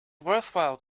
worthwhile